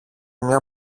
μια